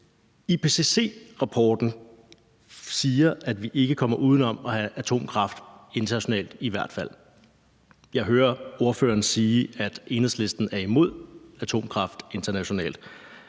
IPCC-rapporten siger, at vi ikke kommer udenom at have atomkraft i hvert fald internationalt. Jeg hører ordføreren sige, at Enhedslisten er imod atomkraft internationalt.